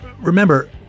Remember